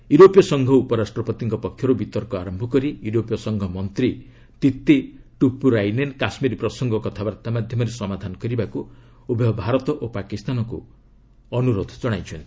ୟୁରୋପୀୟ ସଂଘ ଉପରାଷ୍ଟ୍ରପତିଙ୍କ ପକ୍ଷରୁ ବିତର୍କ ଆରମ୍ଭ କରି ୟୁରୋପୀୟ ସଂଘ ମନ୍ତ୍ରୀ ତିଭି ଟୁପୁରାଇନେନ କାଶ୍କୀର ପ୍ରସଙ୍ଗ କଥାବାର୍ତ୍ତା ମାଧ୍ୟମରେ ସମାଧାନ କରିବାକୁ ଉଭୟ ଭାରତ ଓ ପାକିସ୍ତାନକୁ ଅନୁରୋଧ କରିଛନ୍ତି